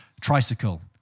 Tricycle